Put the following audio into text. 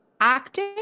active